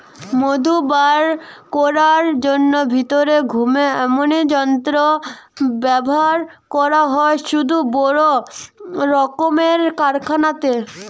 মধু বার কোরার জন্যে ভিতরে ঘুরে এমনি যন্ত্র ব্যাভার করা হয় শুধু বড় রক্মের কারখানাতে